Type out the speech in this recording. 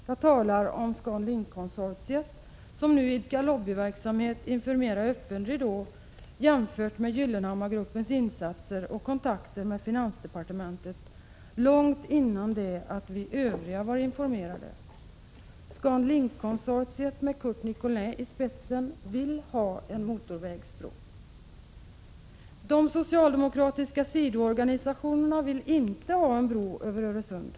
Jag talar om ScanLink-konsortiet, som nu idkar lobbyverksamhet mera för öppen ridå än vad som var fallet med Gyllenhammarsgruppens insatser och kontakter med finansdepartementet långt innan vi Övriga var informerade. ScanLink-konsortiet med Curt Nicolin i spetsen vill ha en motorvägsbro. De socialdemokratiska sidoorganisationerna vill inte ha en bro över Öresund.